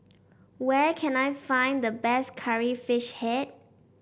where can I find the best Curry Fish Head